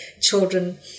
children